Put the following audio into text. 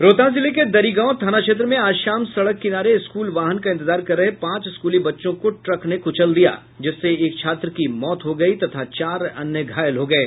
रोहतास जिले के दरिगांव थाना क्षेत्र में आज शाम सड़क किनारे स्कूल वाहन का इंतजार कर रहे पांच स्कूली बच्चों को ट्रक ने क्चल दिया जिससे एक छात्र की मौत हो गयी तथा चार अन्य घायल हो गये